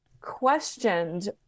questioned